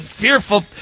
fearful